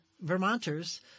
Vermonters